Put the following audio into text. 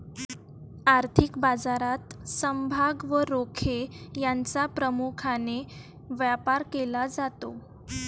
आर्थिक बाजारात समभाग व रोखे यांचा प्रामुख्याने व्यापार केला जातो